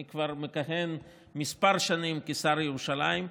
אני מכהן כבר כמה שנים כשר ירושלים,